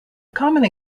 common